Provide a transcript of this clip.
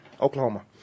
Oklahoma